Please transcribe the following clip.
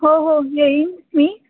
हो हो येईन मी